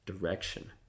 direction